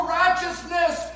righteousness